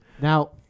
Now